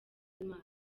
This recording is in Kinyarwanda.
maso